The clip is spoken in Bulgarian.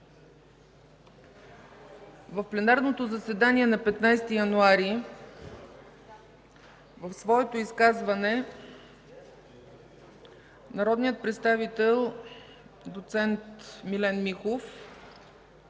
В пленарното заседание на 15 януари в своето изказване народният представител доц. Милен Михов